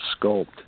sculpt